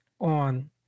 on